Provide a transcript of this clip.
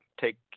take